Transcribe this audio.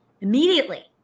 immediately